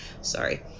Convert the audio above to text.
Sorry